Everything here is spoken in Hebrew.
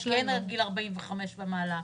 על גיל 45 ומעלה.